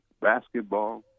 basketball